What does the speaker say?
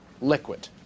liquid